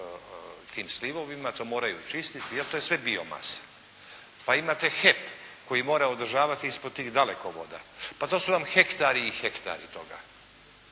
tim slivovima, to moraju čistiti, to je sve biomasa. Pa imate HEP koji mora održavati ispod tih dalekovoda, pa to su vam hektari i hektari toga.